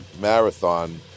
marathon